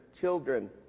children